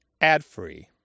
ad-free